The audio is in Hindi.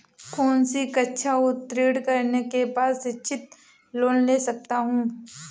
कौनसी कक्षा उत्तीर्ण करने के बाद शिक्षित लोंन ले सकता हूं?